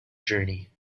journey